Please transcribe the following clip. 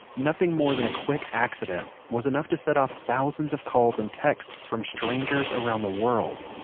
nothing more than a quick accident, was enough to set off thousands of calls and texts from strangers around the world.